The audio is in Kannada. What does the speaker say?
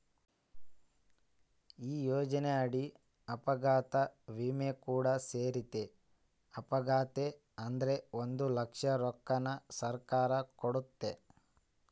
ಈ ಯೋಜನೆಯಡಿ ಅಪಘಾತ ವಿಮೆ ಕೂಡ ಸೇರೆತೆ, ಅಪಘಾತೆ ಆತಂದ್ರ ಒಂದು ಲಕ್ಷ ರೊಕ್ಕನ ಸರ್ಕಾರ ಕೊಡ್ತತೆ